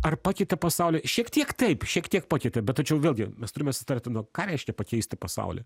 ar pakeitė pasaulį šiek tiek taip šiek tiek pakeitė bet tačiau vėlgi mes turime sutarti nu ką reiškia pakeisti pasaulį